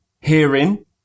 hearing